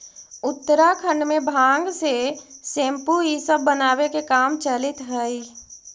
उत्तराखण्ड में भाँग से सेम्पू इ सब बनावे के काम चलित हई